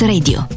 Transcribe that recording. Radio